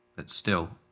but still,